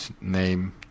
name